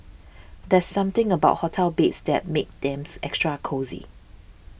there's something about hotel beds that makes them extra cosy